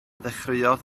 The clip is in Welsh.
ddechreuodd